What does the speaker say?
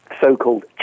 so-called